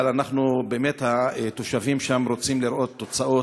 אבל באמת התושבים שם רוצים לראות תוצאות.